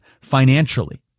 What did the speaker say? financially